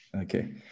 Okay